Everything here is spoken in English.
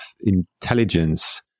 intelligence